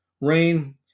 rain